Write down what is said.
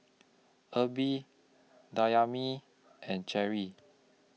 Erby Dayami and Cheri